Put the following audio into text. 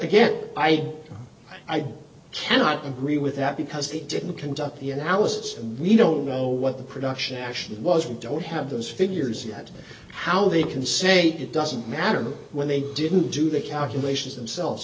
again i cannot agree with that because they didn't conduct the analysis and we don't know what the production action was and don't have those figures yet how they can say it doesn't matter when they didn't do the calculations themselves